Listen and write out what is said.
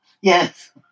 Yes